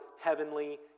heavenly